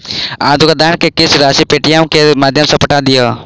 अहाँ दुकानदार के किछ राशि पेटीएमम के माध्यम सॅ पठा दियौ